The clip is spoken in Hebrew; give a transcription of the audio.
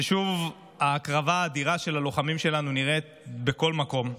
שוב ההקרבה האדירה של הלוחמים שלנו נראית בכל מקום.